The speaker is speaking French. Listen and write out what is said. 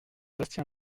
bastien